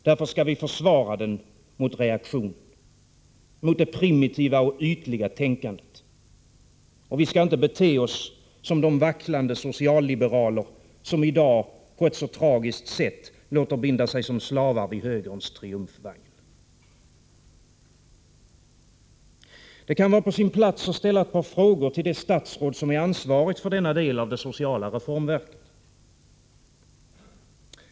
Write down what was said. Därför skall vi försvara den mot reaktionen, mot det primitiva och ytliga tänkandet, och vi skall inte bete oss som de vacklande socialliberaler som i dag på ett så tragiskt sätt låter binda sig som slavar vid högerns triumfvagn. Det kan vara på sin plats att ställa ett par frågor till det statsråd som är ansvarigt för denna del av det sociala reformverket.